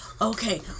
Okay